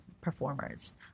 performers